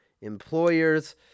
employers